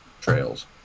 trails